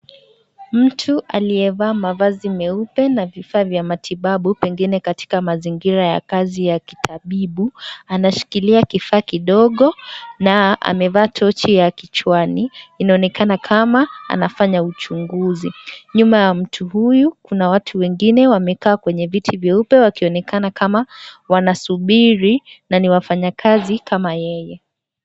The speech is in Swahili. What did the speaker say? Mtu aliye vaa nguo nyeupe na vifaa vya matibabu, labda katika mazingira yakiwa ya kazi ya kitabibu, anashikilia kifaa kidogo, na amevaa tochi ya kichwani, inaonekana kama, anafanya uchunguzi, nyuma ya mtu huyu kuna watu wengine amekaa kwrnye viti vyeupe wakionekana kama, wanasubiri, na niwafanya kazi kama yeye.